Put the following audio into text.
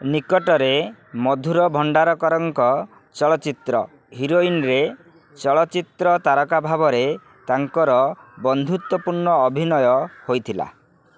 ନିକଟରେ ମଧୁର ଭଣ୍ଡାରକରଙ୍କ ଚଳଚ୍ଚିତ୍ର ହିରୋଇନ୍ରେ ଚଳଚ୍ଚିତ୍ର ତାରକା ଭାବରେ ତାଙ୍କର ବନ୍ଧୁତ୍ୱପୂର୍ଣ୍ଣ ଅଭିନୟ ହୋଇଥିଲା